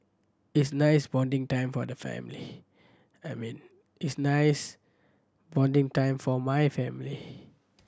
is nice bonding time for the family I mean is nice bonding time for my family